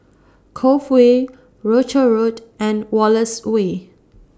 Cove Way Rochor Road and Wallace Way